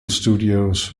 studios